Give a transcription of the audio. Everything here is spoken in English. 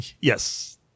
Yes